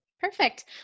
Perfect